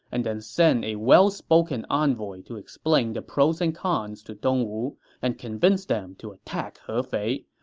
and then send a well-spoken envoy to explain the pros and cons to dongwu and convince them to attack hefei,